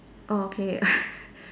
orh okay